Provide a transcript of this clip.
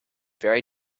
very